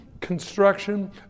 construction